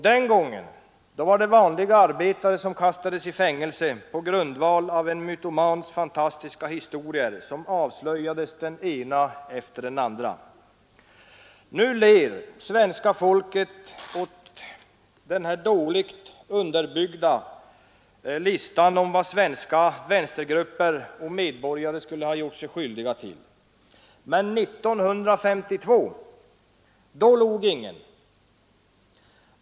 Den gången var det vanliga arbetare som kastades i fängelse på grundval av en mytomans fantastiska historier, som avslöjades den ena efter den andra. Nu ler svenska folket åt den dåligt underbyggda listan över vad svenska vänstergrupper och medborgare skulle ha gjort sig skyldiga till. Men 1952 då log ingen.